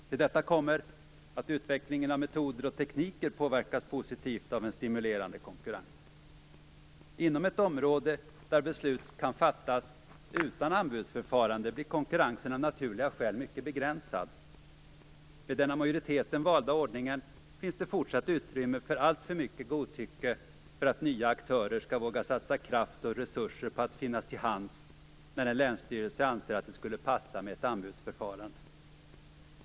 Till detta kommer att utvecklingen av metoder och tekniker påverkas positivt av en stimulerande konkurrens. Inom ett område där beslut kan fattas utan anbudsförfarande blir konkurrensen av naturliga skäl mycket begränsad. Med den av majoriteten valda ordningen finns det fortsatt utrymme för alltför mycket godtycke för att nya aktörer skall våga satsa kraft och resurser på att finnas till hands när en länsstyrelse anser att det skulle passa med ett anbudsförfarande.